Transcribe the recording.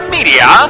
Media